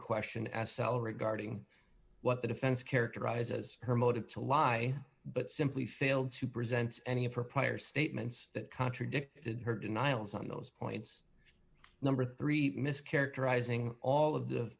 question s l regarding what the defense characterized as her motive to lie but simply failed to present any of her prior statements that contradicted her denials on those points number three mis characterizing all of the